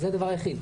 זה הדבר היחיד.